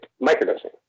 microdosing